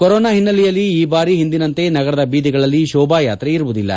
corona ಹಿನ್ನೆಲೆಯಲ್ಲಿ ಈ ಬಾರಿ ಈ ಹಿಂದಿನಂತೆ ನಗರದ ಬೀದಿಗಳಲ್ಲಿ ಶೋಭಾಯಾತ್ರೆ ಇರುವುದಿಲ್ಲ